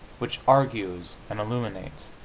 which argues and illuminates.